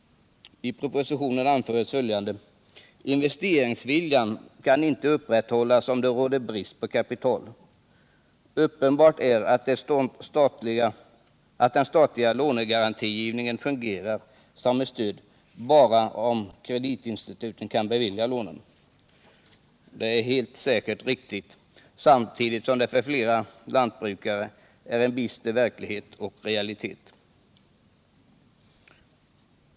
I propositionen anfördes följande: ”Investeringsviljan kan inte upprätthållas om det råder brist på kapital. Uppenbart är att den statliga lånegarantigivningen fungerar som ett stöd bara om kreditinstituten kan bevilja lånen.” Detta är helt säkert riktigt samtidigt som det för flera lantbrukare är en bister verklighet och realitet.